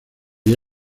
día